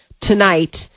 tonight